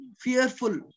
fearful